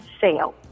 sale